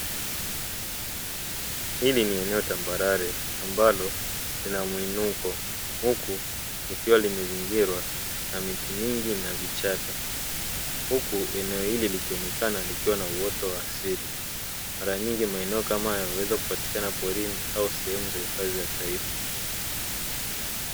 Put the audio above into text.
Hili ni eneo tambarare ambalo lina mwinuko huku likiwa limezingirwa na miti mingi na vichaka huku eneo hili likionekana likiwa na uoto wa asili, mara nyingi maeneo kama haya huweza kupatikana porini au sehemu za hifadhi ya taifa.